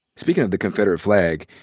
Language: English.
speaking of the confederate flag,